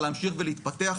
להמשיך ולהתפתח?